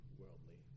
worldly